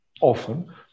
often